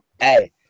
Hey